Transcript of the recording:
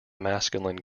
masculine